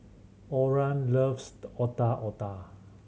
Oran loves Otak Otak